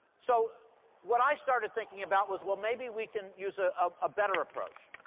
so what i started thinking about was, well, maybe we can use ah um a better approach.